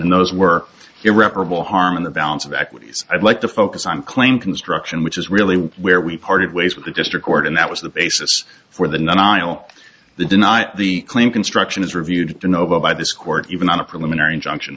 and those were irreparable harm in the balance of equities i'd like to focus on claim construction which is really where we parted ways with the district court and that was the basis for the nile the deny the claim construction is reviewed you know by this court even on a preliminary injunction